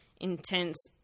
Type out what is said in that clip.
intense